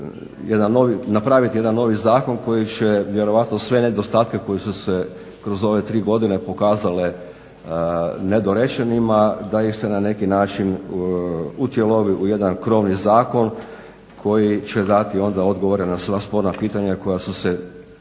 napraviti jedan novi zakon koji će vjerojatno sve nedostatke koji su se kroz ove tri godine pokazale nedorečenima da ih se na neki način utjelovi u jedan krovni zakon koji će dati odgovore na sva sporna pitanja koja su se